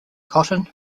cotton